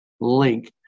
link